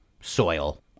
soil